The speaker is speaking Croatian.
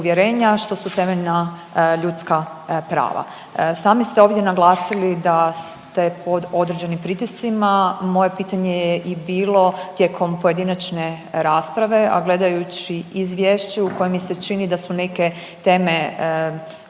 što su temeljna ljudska prava. Sami ste ovdje naglasili da ste pod određenim pritiscima. Moje pitanje je bilo tijekom pojedinačne rasprave, a gledajući izvješće u kojem mi se čini da su neke teme